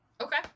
Okay